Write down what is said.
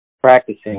practicing